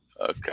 Okay